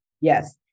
Yes